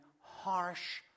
harsh